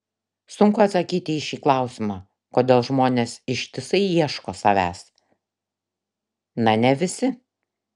sunku atsakyti į šį klausimą kodėl žmonės ištisai ieško savęs na ne visi